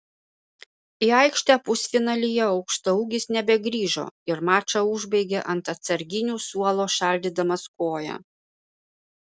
į aikštę pusfinalyje aukštaūgis nebegrįžo ir mačą užbaigė ant atsarginių suolo šaldydamas koją